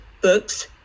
books